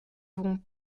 vont